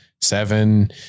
seven